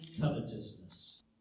covetousness